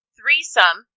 Threesome